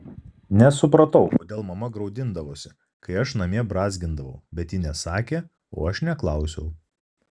nesupratau kodėl mama graudindavosi kai aš namie brązgindavau bet ji nesakė o aš neklausiau